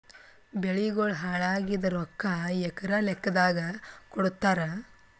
ಬೆಳಿಗೋಳ ಹಾಳಾಗಿದ ರೊಕ್ಕಾ ಎಕರ ಲೆಕ್ಕಾದಾಗ ಕೊಡುತ್ತಾರ?